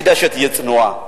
כדאי שתהיה צנועה.